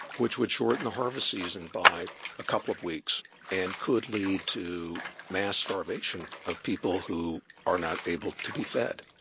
which would shorten the harvest season by a couple of weeks and could lead to mass starvation of people who are not able to be fed.